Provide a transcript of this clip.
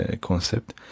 concept